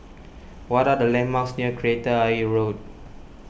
what are the landmarks near Kreta Ayer Road